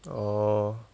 oh